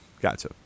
Gotcha